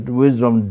wisdom